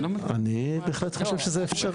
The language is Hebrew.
אני בהחלט חושב שזה אפשרי.